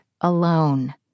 alone